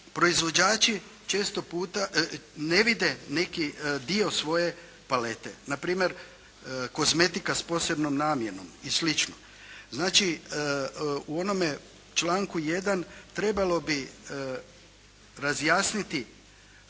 proizvođači često puta ne vide neki dio svoje palete. Na primjer kozmetika sa posebnom manjenom i slično. Znači u onome članku 1. trebalo bi razjasniti